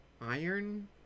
iron